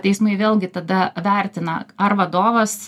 teismai vėlgi tada vertina ar vadovas